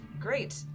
Great